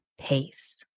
pace